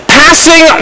passing